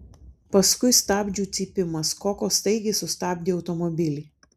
paskui stabdžių cypimas koko staigiai sustabdė automobilį